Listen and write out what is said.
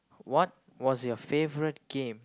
what was your favorite game